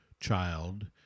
child